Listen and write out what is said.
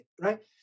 right